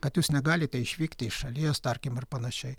kad jūs negalite išvykti iš šalies tarkim ir panašiai